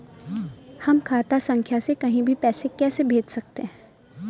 हम खाता संख्या से कहीं भी पैसे कैसे भेज सकते हैं?